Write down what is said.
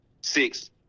Six